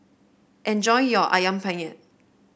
enjoy your ayam penyet